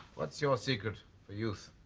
what's your secret for youth?